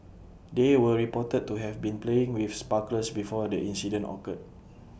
they were reported to have been playing with sparklers before the incident occurred